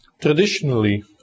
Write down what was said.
Traditionally